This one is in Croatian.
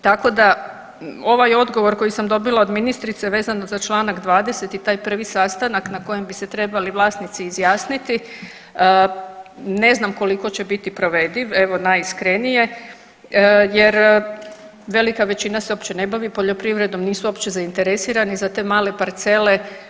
Tako da ovaj odgovor koji sam dobila od ministrice vezano za Članak 20. i taj prvi sastanak na kojem bi se trebali vlasnici izjasniti ne znam koliko će biti provediv, evo najiskrenije jer velika većina se uopće ne bavi poljoprivrednom, nisu uopće zainteresirani za te male parcele.